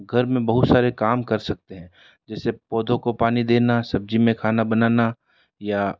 घर में बहुत सारे काम कर सकते हैं जैसे पौधों को पानी देना सब्ज़ी में खाना बनाना या